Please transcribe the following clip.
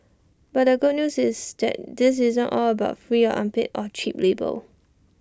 but the good news is that this isn't all about free or unpaid or cheap labour